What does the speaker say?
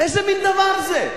איזה מין דבר זה?